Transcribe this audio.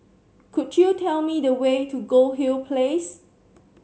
could you tell me the way to Goldhill Place